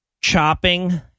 chopping